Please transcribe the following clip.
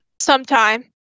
sometime